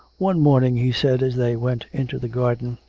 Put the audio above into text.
one morning he said, as they went into the garden,